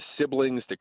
siblings